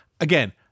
Again